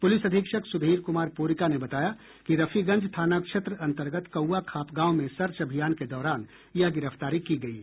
police अधीक्षक सुधीर कुमार पोरिका ने बताया कि रफीगंज थाना क्षेत्र अंतर्गत कौआखाप गांव में सर्च अभियान के दौरान ये गिरफ्तारी की गयी